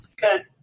Good